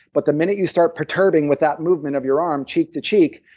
but the minute you start perturbing with that movement of your arm, cheek to cheek,